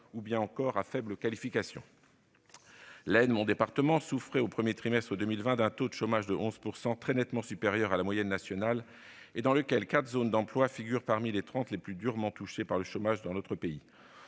handicap ou à faible qualification. L'Aisne, mon département, souffrait au premier trimestre de 2020 d'un taux de chômage de 11 %, très nettement supérieur à la moyenne nationale. Quatre de ses zones d'emploi figurent parmi les trente le plus durement touchées par le chômage dans notre pays.